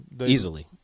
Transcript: Easily